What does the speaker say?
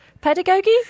pedagogy